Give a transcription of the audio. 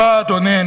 אדוני,